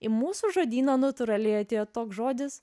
į mūsų žodyno natūraliai atėjo toks žodis